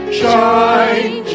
shine